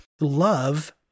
Love